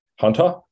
Hunter